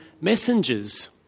messengers